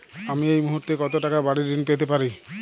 আমি এই মুহূর্তে কত টাকা বাড়ীর ঋণ পেতে পারি?